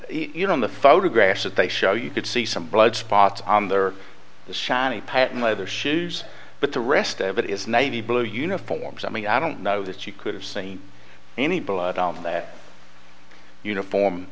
in the photographs that they show you could see some blood spots on their shiny patent leather shoes but the rest of it is navy blue uniforms i mean i don't know that you could have seen any blood on that uniform